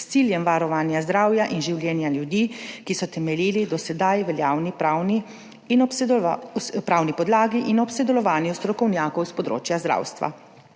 s ciljem varovanja zdravja in življenja ljudi, ki so temeljili na do sedaj veljavni pravni podlagi, in ob sodelovanju strokovnjakov s področja zdravstva.